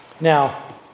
now